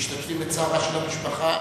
משתתפים בצערה של המשפחה.